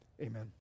amen